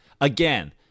again